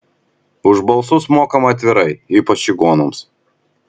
už balsus mokama atvirai ypač čigonams